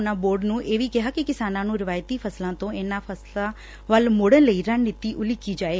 ਉਨਾਂ ਬੋਰਡ ਨੂੰ ਇਹ ਵੀ ਕਿਹਾ ਕਿ ਕਿਸਾਨਾਂ ਨੂੰ ਰਿਵਾਇਤੀ ਫਸਲਾਂ ਤੋਂ ਇੰਨਾਂ ਫਸਲਾਂ ਵੱਲ ਸੋਤਨ ਲਈ ਰਣਨੀਤੀ ਉਲੀਕੀ ਜਾਏ